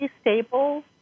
stable